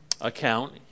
account